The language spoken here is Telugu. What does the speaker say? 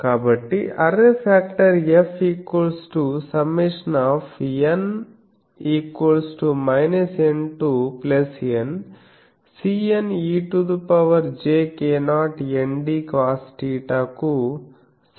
కాబట్టి array factor FΣn N to NCn ejk0 nd cosθ కు సమానం